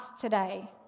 today